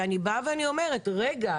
ואני באה ואני אומרת: רגע,